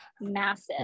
Massive